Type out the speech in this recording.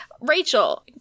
Rachel